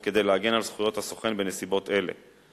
סוכנות, כדי להגן על זכויות הסוכן בנסיבות אלה.